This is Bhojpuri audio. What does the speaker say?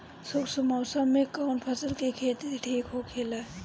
शुष्क मौसम में कउन फसल के खेती ठीक होखेला?